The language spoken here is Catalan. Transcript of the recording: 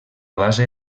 base